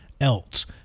else